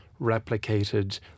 replicated